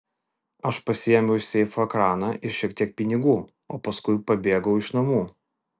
aš pasiėmiau iš seifo ekraną ir šiek tiek pinigų o paskui pabėgau iš namų